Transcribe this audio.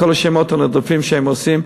כל השמות הנרדפים שהם עושים,